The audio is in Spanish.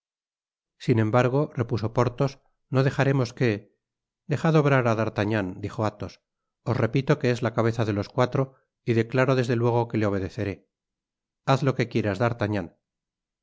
sin embargo repuso porthos no dejaremos que dejad obrar á d'artagnan dijo athos os repito que es la cabeza de los cuatro y declaro desde luego que le obedeceré haz lo que quieras d'artagnan en